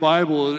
Bible